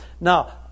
Now